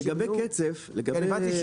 לגבי קצף --- כי הבנתי,